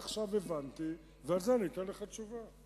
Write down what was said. עכשיו הבנתי ועל זה אני אתן לך תשובה.